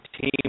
team